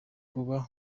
kuba